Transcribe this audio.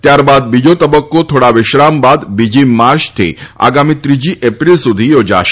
ત્યારબાદ બીજો તબકકો થોડા વિશ્રામ બાદ બીજી માર્ચ થી આગામી ત્રીજી એપ્રિલ સુધી યોજાશે